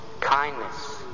kindness